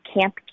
camp